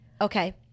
Okay